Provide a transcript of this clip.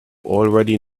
already